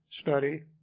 study